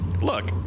look